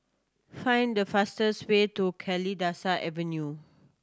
find the fastest way to Kalidasa Avenue